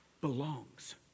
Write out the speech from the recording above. belongs